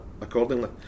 accordingly